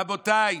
רבותיי,